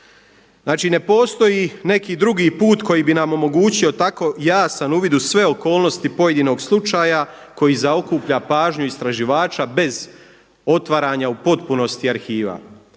Znači ne postoji neki drugi put koji bi nam omogućio tako jasan uvid u sve okolnosti pojedinog slučaja koji zaokuplja pažnju istraživača bez otvaranja u potpunosti arhiva.